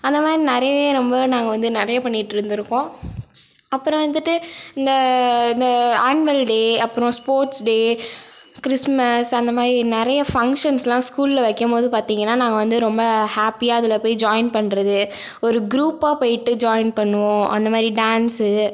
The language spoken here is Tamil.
அந்த மாதிரி நிறைய ரொம்ப நாங்கள் வந்து நிறைய பண்ணிட்டிருந்துருக்கோம் அப்புறம் வந்துட்டு இந்த இந்த ஆன்வல் டே அப்புறம் ஸ்போர்ட்ஸ் டே க்றிஸ்மஸ் அந்த மாதிரி நிறைய ஃபங்க்ஷன்ஸ்லாம் ஸ்கூலில் வைக்கும் போது பார்த்திங்கன்னா நாங்கள் வந்து ரொம்ப ஹேப்பியாக அதில் போய் ஜாயின் பண்ணுறது ஒரு க்ரூப்பாக போயிட்டு ஜாயின் பண்ணுவோம் அந்த மாதிரி டேன்ஸு